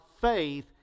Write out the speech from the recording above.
faith